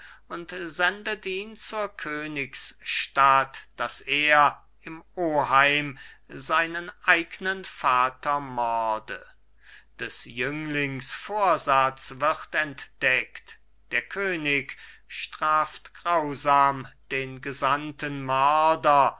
und sendet ihn zur königsstadt daß er im oheim seinen eignen vater morde des jünglings vorsatz wird entdeckt der könig straft grausam den gesandten mörder